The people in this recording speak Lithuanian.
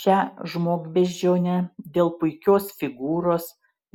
šią žmogbeždžionę dėl puikios figūros